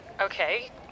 Okay